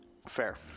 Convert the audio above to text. fair